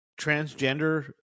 transgender